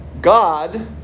God